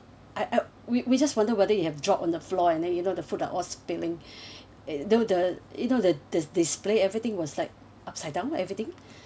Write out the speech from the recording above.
I I we we just wonder whether he have drop on the floor and then you know the food are all spilling you know the you know the the display everything was like upside down everything